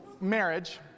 marriage